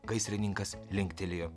gaisrininkas linktelėjo